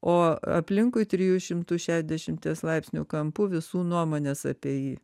o aplinkui trijų įimtų šedešimties laipsnių kampu visų nuomonės apie jį